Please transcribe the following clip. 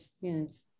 yes